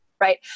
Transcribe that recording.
right